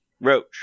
Roach